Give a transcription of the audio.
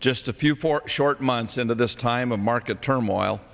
just a few four short months into this time of market turmoil